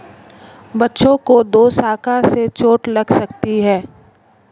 बच्चों को दोशाखा से चोट लग सकती है